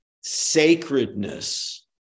sacredness